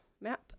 map